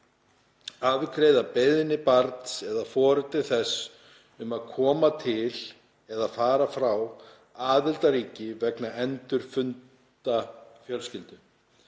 afgreiða beiðni barns eða foreldris þess um að koma til eða fara frá aðildarríki vegna endurfunda fjölskyldu.